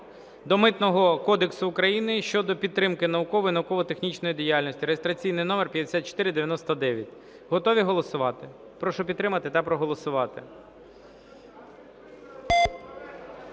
До Митного кодексу України щодо підтримки наукової і науково-технічної діяльності (реєстраційний номер 5499). Готові голосувати? Прошу підтримати та проголосувати.